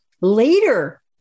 later